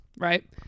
right